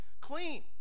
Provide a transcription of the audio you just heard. clean